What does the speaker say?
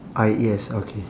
I E S okay